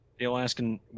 Alaskan